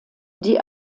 die